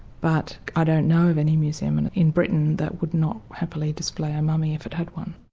but i don't know of any museum and in britain that would not happily display a mummy if it had one.